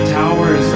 towers